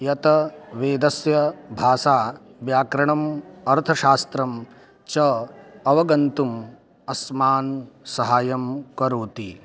यत वेदस्य भाषा व्याकरणम् अर्थशास्त्रं च अवगन्तुम् अस्माकं सहायं करोति